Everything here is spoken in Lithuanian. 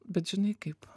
bet žinai kaip